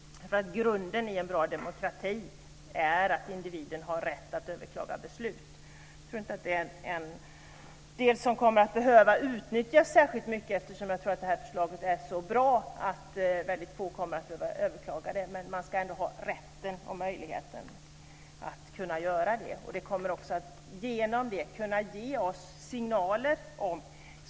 Grunden i en bra demokrati är ju att individen har rätt att överklaga beslut. Jag tror inte att detta kommer att behöva utnyttjas särskilt mycket därför att det här förslaget nog är så bra att väldigt få kommer att behöva överklaga, men man ska ändå ha den rätten och möjligheten. Genom detta kommer det också att ges signaler till oss.